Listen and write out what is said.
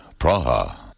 Praha